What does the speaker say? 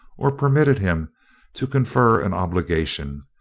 or permitted him to confer an obligation,